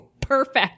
perfect